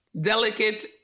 delicate